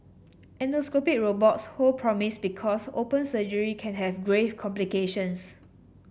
endoscopic robots hold promise because open surgery can have grave complications